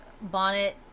Bonnet